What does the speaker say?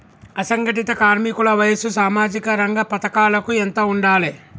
అసంఘటిత కార్మికుల వయసు సామాజిక రంగ పథకాలకు ఎంత ఉండాలే?